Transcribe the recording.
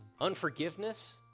Unforgiveness